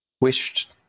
wished